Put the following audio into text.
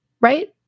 right